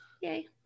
yay